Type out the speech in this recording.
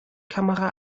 kamera